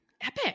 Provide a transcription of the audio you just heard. epic